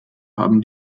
haben